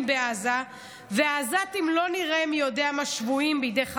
בעזה והעזתים לא נראו מי יודע מה 'שבויים' בידי חמאס,